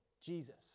Jesus